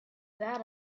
that